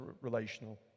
relational